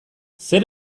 zer